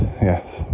yes